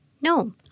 No